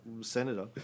senator